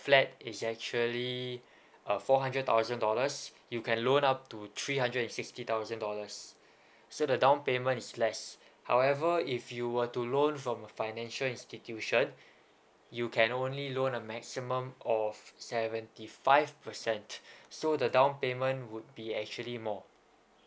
flat is actually a four hundred thousand dollars you can loan up to three hundred and sixty thousand dollars so the down payment is less however if you were to loan from a financial institution you can only loan a maximum of seventy five percent so the down payment would be actually more